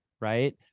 Right